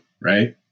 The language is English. Right